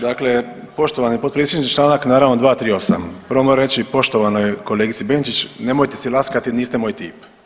Dakle, poštovani potpredsjedniče članka naravno 238., prvo moram reći poštovanoj kolegici Benčić nemojte si laskati niste moj tip.